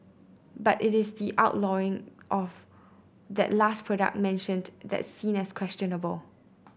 but it is the outlawing of that last product mentioned that's seen as questionable